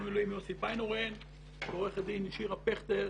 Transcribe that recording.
במילואים יוסי ביינהורן ועורכת הדין שירה פכטר,